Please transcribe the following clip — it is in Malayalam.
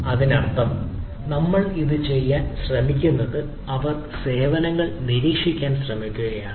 അതിനർത്ഥം നമ്മൾ ഇത് ചെയ്യാൻ ശ്രമിക്കുന്നത്അവർ സേവനങ്ങൾ നിരീക്ഷിക്കാൻ ശ്രമിക്കുകയാണ്